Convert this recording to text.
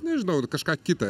nežinau ir kažką kitą